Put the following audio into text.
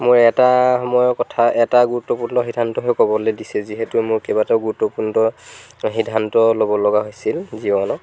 মোৰ এটা সময়ৰ কথা এটা গুৰুত্বপূৰ্ণ সিদ্ধান্তহে ক'বলৈ দিছে যিহেতু মোৰ কেইবাটাও গুৰুত্বপূৰ্ণ সিদ্ধান্ত ল'ব লগা হৈছিল জীৱনত